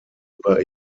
über